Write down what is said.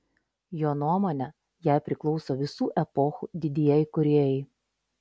jo nuomone jai priklauso visų epochų didieji kūrėjai